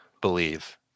Believe